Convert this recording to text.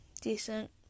decent